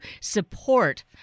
support